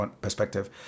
perspective